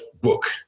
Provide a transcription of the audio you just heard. book